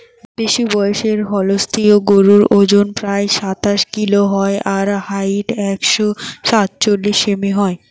বেশিবয়সের Holstein গরুর অজন প্রায় সাতশ কিলো হয় আর হাইট একশ সাতচল্লিশ সেমি হয়